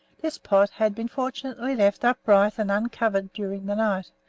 this pot had been fortunately left upright and uncoveredduring the night,